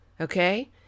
okay